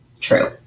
true